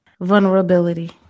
Vulnerability